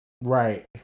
Right